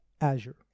Azure